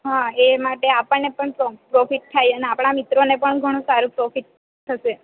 હાં એ માટે આપણને પણ પ્રોફિટ થાય અને આપણા મિત્રોને પણ ઘણું સારું પ્રોફિટ થશે